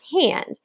hand